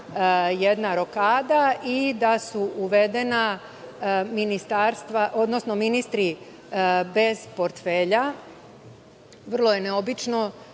jedna rokada i da su uvedena ministarstva, odnosno ministri bez portfelja. Vrlo je neobično